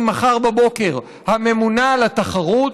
ממחר בבוקר: הממונה על התחרות,